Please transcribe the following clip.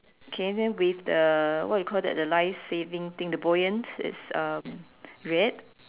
K then with the what you call that the life saving thing the buoyant is um red